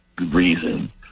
Reason